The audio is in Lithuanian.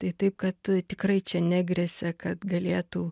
tai taip kad tikrai čia negresia kad galėtų